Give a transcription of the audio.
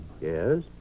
Yes